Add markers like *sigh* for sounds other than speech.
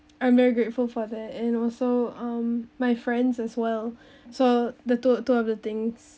I'm very grateful for that and also um my friends as well *breath* so the two two of the things